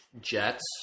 jets